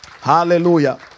Hallelujah